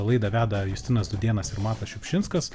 laidą veda justinas dūdėnas ir matas šiupšinskas